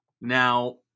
Now